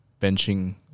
benching